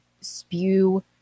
spew